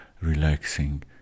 relaxing